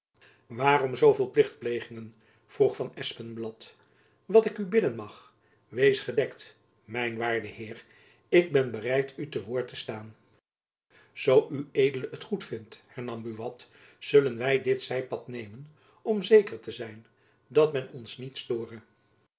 veel plichtplegingen vroeg van espenblad wat ik u bidden mag wees gedekt mijn waarde heer ik ben bereid u te woord te staan zoo ued t goedvindt hernam buat zullen wy dit zijpad nemen om zeker te zijn dat men ons niet stoore